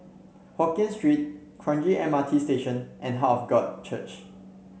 Hokien Street Kranji M R T Station and Heart of God Church